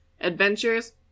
adventures